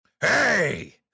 Hey